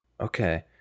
Okay